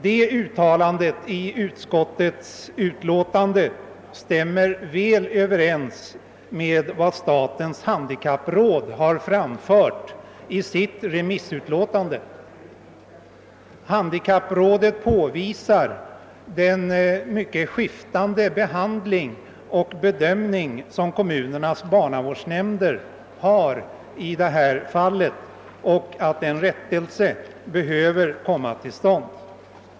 Det uttalandet i utskottets utlåtande stämmer väl överens med vad statens handikappråd har anfört i sitt remissyttrande. Handikapprådet påvisar den mycket skiftande behandling och bedömning som kommunernas barnavårdsnämnder härvidlag tillämpar, och man framhåller att en rättelse bör komma till stånd.